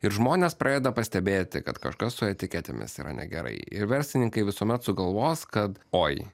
ir žmonės pradeda pastebėti kad kažkas su etiketėmis yra negerai ir verslininkai visuomet sugalvos kad oi